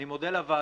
אני מודה לוועדה